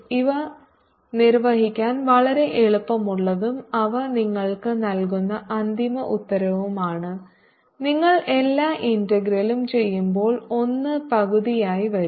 ഇവ നിർവഹിക്കാൻ വളരെ എളുപ്പമുള്ളതും അവ നിങ്ങൾക്ക് നൽകുന്ന അന്തിമ ഉത്തരവുമാണ് നിങ്ങൾ എല്ലാ ഇന്റഗ്രലും ചെയ്യുമ്പോൾ 1 പകുതിയായി വരും